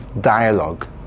dialogue